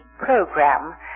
program